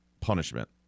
punishment